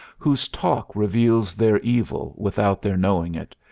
whose talk reveals their evil without their knowing it,